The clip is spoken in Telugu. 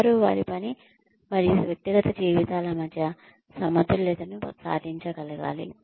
వారు వారి పని మరియు వ్యక్తిగత జీవితాల మధ్య సమతుల్యతను సాధించగలగాలి